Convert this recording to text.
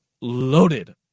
loaded